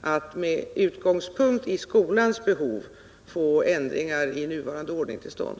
att med utgångspunkt i skolans behov få ändringar i nuvarande ordning till stånd.